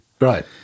Right